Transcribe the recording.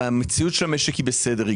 המציאות של המשק היא בסדר,